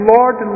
Lord